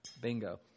Bingo